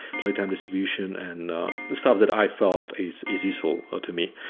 playtime distribution, and stuff that i felt is is useful to me.